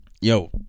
yo